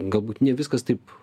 galbūt ne viskas taip